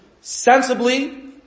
sensibly